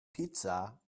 pizza